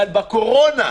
אבל בקורונה,